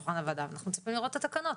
ואנחנו מצפים לראות את התקנות.